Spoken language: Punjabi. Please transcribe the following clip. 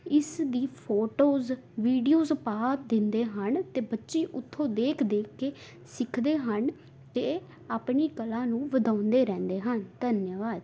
ਇਸ ਦੀ ਫੋਟੋਜ਼ ਵੀਡੀਓਜ਼ ਪਾ ਦਿੰਦੇ ਹਨ ਅਤੇ ਬੱਚੇ ਉੱਥੋਂ ਦੇਖ ਦੇਖ ਕੇ ਸਿੱਖਦੇ ਹਨ ਅਤੇ ਆਪਣੀ ਕਲਾ ਨੂੰ ਵਧਾਉਂਦੇ ਰਹਿੰਦੇ ਹਨ ਧੰਨਵਾਦ